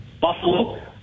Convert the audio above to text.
Buffalo